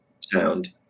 sound